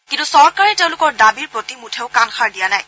কিন্তু চৰকাৰে তেওঁলোকৰ দাবীৰ প্ৰতি মুঠেও কাণসাৰ দিয়া নাই